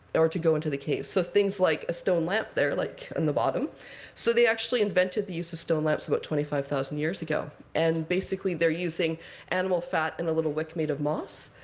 or to go into the caves. so things like a stone lamp there, like on and the bottom so they actually invented the use of stone lamps about twenty five thousand years ago. and basically, they're using animal fat and a little wick made of moss.